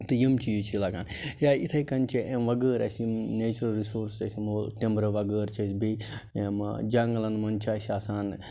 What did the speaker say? تہٕ یِم چیٖز چھِ لَگان یا یِتھَے کَنۍ چھِ اَمہِ وَغٲر اَسہِ یِم نیچرل رِسورٕس ٹِمبرٕ وَغٲر چھِ اَسہِ بیٚیہِ یِمہٕ جنٛگلَن منٛز چھِ اَسہِ آسان